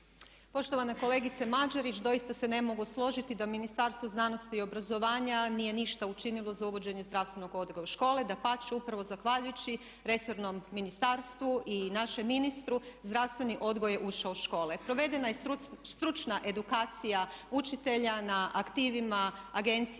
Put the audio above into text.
Poštovana kolegice Mađerić doista se ne mogu složiti da Ministarstvo znanosti i obrazovanja nije ništa učinilo za uvođenje zdravstvenog odgoja u škole, dapače upravo zahvaljujući resornom ministarstvu i našem ministru zdravstveni odgoj je ušao u škole. Provedena je stručna edukacija učitelja na aktivima Agencije